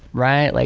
right? like